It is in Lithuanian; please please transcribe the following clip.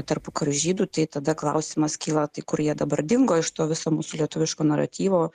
tarpukariu žydų tai tada klausimas kyla tai kur jie dabar dingo iš to viso mūsų lietuviško naratyvo